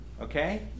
okay